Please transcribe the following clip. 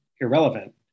irrelevant